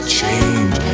change